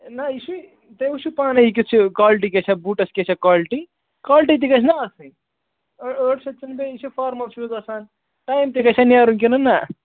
نہ یہِ چھُ تۄہہِ وُچھِو پانَے یہِ کِیُتھ چھُ کالٹی کیٛاہ چھےٚ اَتھ بوٗٹَس کیٛاہ چھا کالٹی کالٹی تہِ گژھِ نا آسٕنۍ ٲٹھ شیٚتھ چھُنہٕ بیٚیہِ یہِ چھُ فارمَل شوٗز آسان ٹایم تہِ گژھیا نیرُن کِنہٕ نہ